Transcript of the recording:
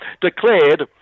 declared